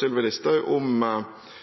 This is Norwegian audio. Sylvi Listhaug om